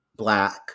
black